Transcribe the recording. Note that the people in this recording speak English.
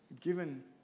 given